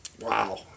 Wow